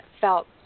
felt